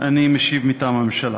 אני משיב מטעם הממשלה.